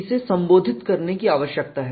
इसे संबोधित करने की आवश्यकता है